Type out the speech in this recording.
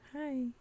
Hi